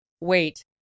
wait